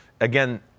again